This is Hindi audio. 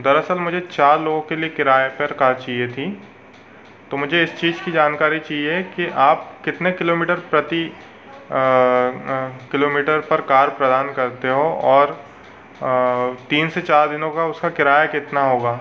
दरअसल मुझे चार लोगों के लिए किराए पर कार चाहिए थी तो मुझे इस चीज़ की जानकारी चाहिए की आप कितने किलोमीटर प्रति किलोमीटर पर कार प्रदान करते हो और तीन से चार दिनों का उसका किराया कितना होगा